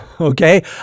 Okay